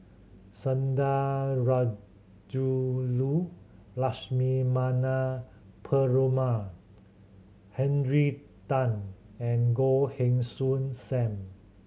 Sundarajulu Lakshmana Perumal Henry Tan and Goh Heng Soon Sam